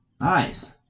Nice